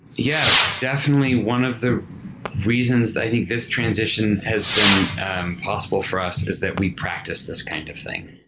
yeah. definitely one of the reasons that i think this transition has been possible for us is that we practice this kind of thing.